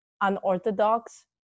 unorthodox